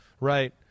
right